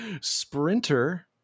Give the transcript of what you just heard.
Sprinter